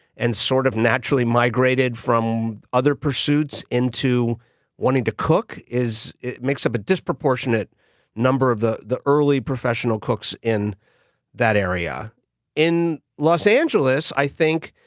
and sort of naturally migrated from other pursuits into wanting to cook, it makes up a disproportionate number of the the early professional cooks in that area in los angeles, i think